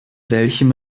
welchem